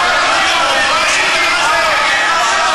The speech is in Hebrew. מה